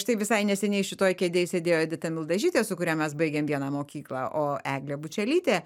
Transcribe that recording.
štai visai neseniai šitoj kėdėj sėdėjo edita mildažytė su kuria mes baigėm vieną mokyklą o eglė bučelytė